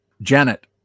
Janet